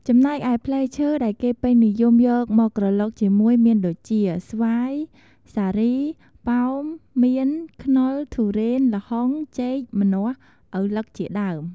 ចំណែកឯផ្លែឈើដែលគេពេញនិយម យកមកក្រឡុកជាមួយមានដូចជា ស្វាយ សារី ប៉ោម មៀន ខ្នុរ ទុរេន ល្ហុង ចេក ម្នាស់ ឪឡឹក ជាដើម។